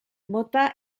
mota